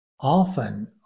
often